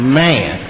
man